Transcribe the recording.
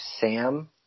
sam